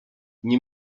nie